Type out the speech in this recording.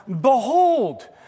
Behold